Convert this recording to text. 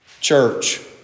Church